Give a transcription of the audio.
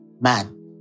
man